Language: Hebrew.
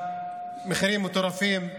מחירים מטורפים.